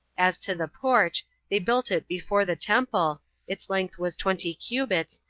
as to the porch, they built it before the temple its length was twenty cubits,